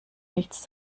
nichts